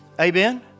Amen